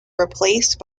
replaced